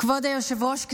כבוד היושב-ראש,